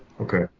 Okay